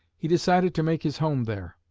he decided to make his home there.